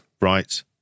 Right